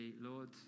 Lord